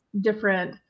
different